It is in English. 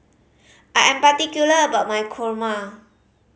I am particular about my kurma